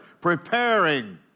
preparing